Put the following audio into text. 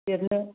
देरनो